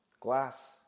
Glass